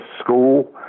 school